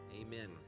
Amen